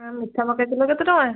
ଆ ମିଠା ମକା କିଲୋ କେତେଟଙ୍କା